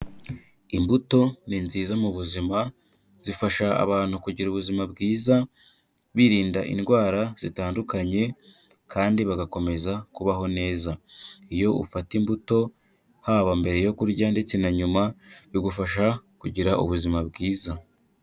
Imbuto ni nziza mu buzima, zifasha abantu kugira ubuzima bwiza, birinda indwara zitandukanye kandi bagakomeza kubaho neza. Iyo ufata imbuto, haba mbere yo kurya ndetse na nyuma, bigufasha kugira ubuzima bwiza.